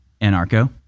Anarcho